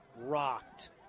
rocked